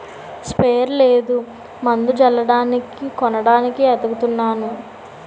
sprayer లేదు మందు జల్లడానికి కొనడానికి ఏతకతన్నాను